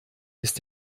ist